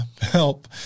help